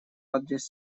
адрес